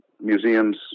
Museums